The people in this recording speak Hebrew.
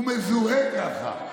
הוא מזוהה ככה.